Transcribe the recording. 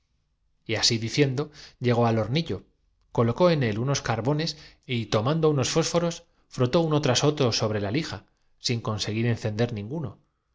así diciendo llegó al hornillo colocó en él unos cimientos viscerales productos las más veces del sis carbones y tomando unos fósforos frotó uno tras otro tema moral al que la ciencia no ha llegado á dar toda sobre la lija sin conseguir encender ninguno